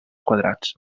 quadrats